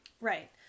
Right